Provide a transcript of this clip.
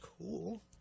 cool